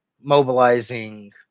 mobilizing